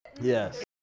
Yes